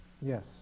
yes